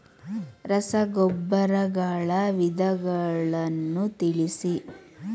ರಸಗೊಬ್ಬರಗಳ ವಿಧಗಳನ್ನು ತಿಳಿಸಿ?